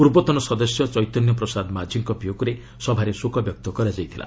ପୂର୍ବତନ ସଦସ୍ୟ ଚୈତନ୍ୟ ପ୍ରସାଦ ମାଝିଙ୍କ ବିୟୋଗରେ ସଭାରେ ଶୋକବ୍ୟକ୍ତ କରାଯାଇଥିଲା